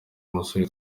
musore